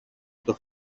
στο